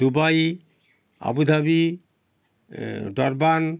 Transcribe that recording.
Dubai Abu Dhabi Durban